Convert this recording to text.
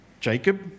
Jacob